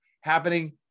happening